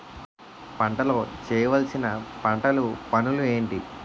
పంటలో చేయవలసిన పంటలు పనులు ఏంటి?